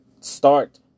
Start